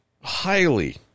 highly